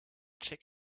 check